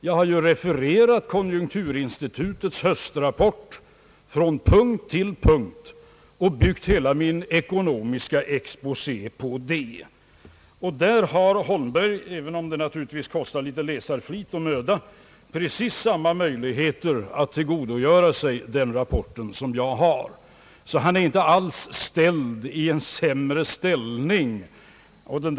Jag har ju refererat konjunkturinstitutets höstrapport från punkt till punkt och byggt hela min ekonomiska exposé på denna. Herr Holmberg har även om det naturligtvis kostar lite läsarflit och möda — precis samma möjligheter att tillgodogöra sig den rapporten som jag har. Han är alltså inte alls i en sämre ställning än jag.